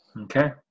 okay